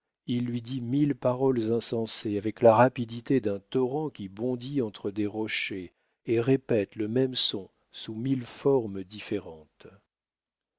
il lui dit mille paroles insensées avec la rapidité d'un torrent qui bondit entre des rochers et répète le même son sous mille formes différentes